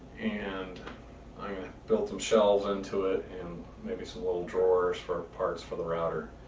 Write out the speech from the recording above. and i'm going to build some shelves into it and maybe some little drawers for parts for the router.